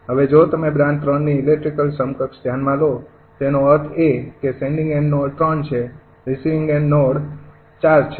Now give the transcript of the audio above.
હવે જો તમે બ્રાન્ચ ૩ ની ઇલેક્ટ્રિકલ સમકક્ષ ધ્યાનમાં લો તેનો અર્થ એ કે સેંડિંગ એન્ડ નોડ ૩ છે રિસીવિંગ એન્ડ નોડ ૪ છે